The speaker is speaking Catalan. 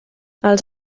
els